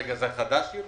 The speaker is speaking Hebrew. צריך להבין שיש